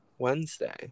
wednesday